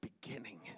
beginning